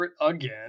again